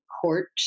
court